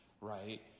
right